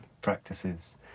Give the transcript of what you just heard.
practices